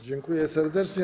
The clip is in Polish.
Dziękuję serdecznie.